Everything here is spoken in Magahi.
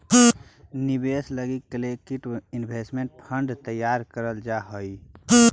निवेश लगी कलेक्टिव इन्वेस्टमेंट फंड तैयार करल जा हई